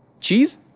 Cheese